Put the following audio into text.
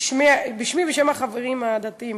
בשמי ובשם החברים הדתיים,